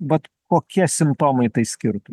vat kokie simptomai tai skirtų